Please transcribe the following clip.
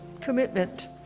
Commitment